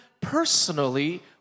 personally